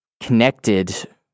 connected